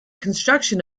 construction